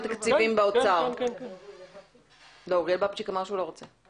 -- אוריאל בבצ'יק, אתה